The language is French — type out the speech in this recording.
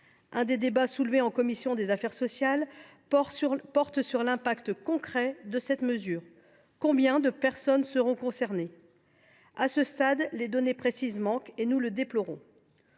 L’un des débats soulevés en commission des affaires sociales porte sur les répercussions concrètes de cette mesure : combien de personnes seront concernées ? À ce stade, les données précises manquent, nous le déplorons.